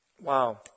Wow